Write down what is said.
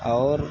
और